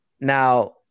now